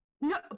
No